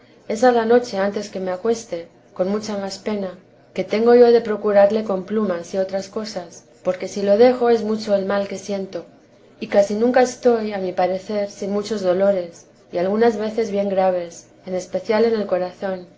comuniones es a la noche antes que me acueste con mucha más pena que tengo yo de procurarle con plumas y otras cosas porque si lo dejo es mucho el mal que siento y casi nunca estoy a mi parecer sin muchos dolores y algunas veces bien graves en especial en el corazón